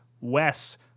Wes